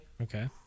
Okay